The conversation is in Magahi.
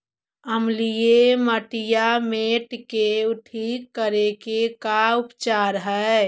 अमलिय मटियामेट के ठिक करे के का उपचार है?